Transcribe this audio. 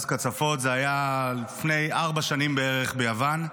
קצפות הייתה לפני ארבע שנים בערך ביוון.